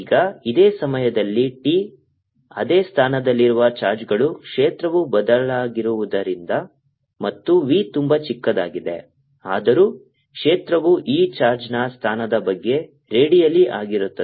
ಈಗ ಇದೇ ಸಮಯದಲ್ಲಿ t ಅದೇ ಸ್ಥಾನದಲ್ಲಿರುವ ಚಾರ್ಜ್ಗಳು ಕ್ಷೇತ್ರವೂ ಬದಲಾಗಿರುವುದರಿಂದ ಮತ್ತು v ತುಂಬಾ ಚಿಕ್ಕದಾಗಿದೆ ಆದರೂ ಕ್ಷೇತ್ರವು ಈ ಚಾರ್ಜ್ನ ಸ್ಥಾನದ ಬಗ್ಗೆ ರೇಡಿಯಲ್ ಆಗಿರುತ್ತದೆ